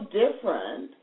different